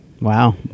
Wow